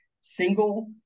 single